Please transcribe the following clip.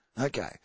Okay